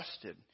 trusted